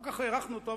לא כל כך הערכנו אותו,